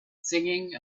singing